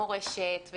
מורשת,